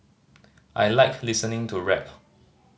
I like listening to rap